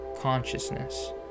consciousness